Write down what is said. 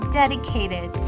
dedicated